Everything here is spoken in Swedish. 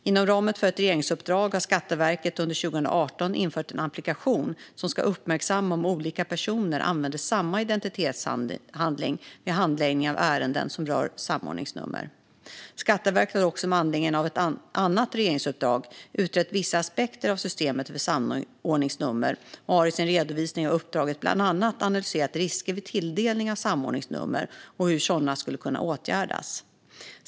Inom ramen för ett regeringsuppdrag har Skatteverket under 2018 infört en applikation som ska uppmärksamma om olika personer använder samma identitetshandling vid handläggning av ärenden som rör samordningsnummer. Skatteverket har också med anledning av ett annat regeringsuppdrag utrett vissa aspekter av systemet för samordningsnummer och har i sin redovisning av uppdraget bland annat analyserat risker vid tilldelning av samordningsnummer och hur sådana skulle kunna åtgärdas.